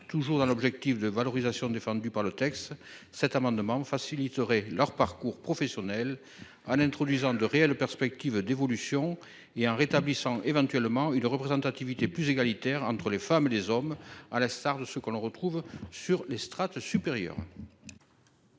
toujours dans l'objectif de valorisation défendue par le texte. Cet amendement faciliterait leur parcours professionnel en introduisant de réelles perspectives d'évolution et en rétablissant éventuellement une représentativité plus égalitaire entre les femmes et les hommes à la Star de ce que l'on retrouve sur les strates supérieures.